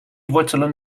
wortelen